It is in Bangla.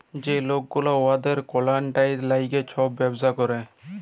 যে লক গুলা উয়াদের কালাইয়েল্টের ল্যাইগে ছব ব্যবসা ক্যরে